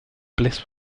bliss